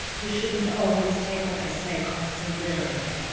you shouldn't always take what i say quite so literally